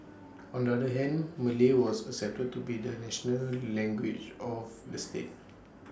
on the other hand Malay was accepted to be the national language of the state